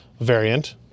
variant